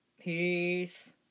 Peace